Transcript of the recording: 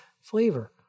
flavor